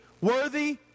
worthy